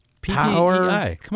Power